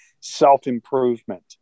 self-improvement